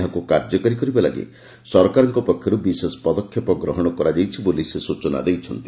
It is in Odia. ଏହାକୁ କାର୍ଯ୍ୟକାରୀ କରିବା ଲାଗି ସରକାରଙ୍କ ପକ୍ଷର୍ ବିଶେଷ ପଦକ୍ଷେପ ଗ୍ରହଶ କରାଯାଇଛି ବୋଲି ସେ ସ୍ଚନା ଦେଇଛନ୍ତି